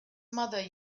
mother